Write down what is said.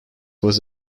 was